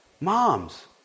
Moms